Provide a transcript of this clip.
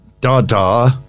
Dada